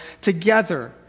together